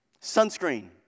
Sunscreen